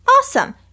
Awesome